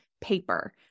paper